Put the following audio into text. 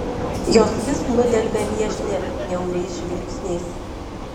jos vis nudelbia viešnią niauriais žvilgsniais